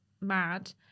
mad